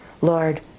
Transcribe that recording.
Lord